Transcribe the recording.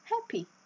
happy